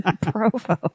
Provo